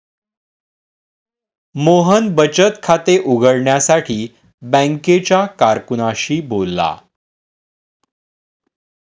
मोहन बचत खाते उघडण्यासाठी बँकेच्या कारकुनाशी बोलला